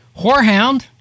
Whorehound